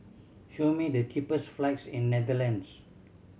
show me the cheapest flights in Netherlands